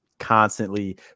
constantly